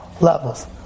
levels